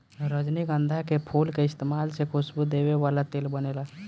रजनीगंधा के फूल के इस्तमाल से खुशबू देवे वाला तेल बनेला